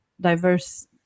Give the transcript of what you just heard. diverse